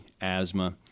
asthma